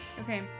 okay